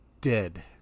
dead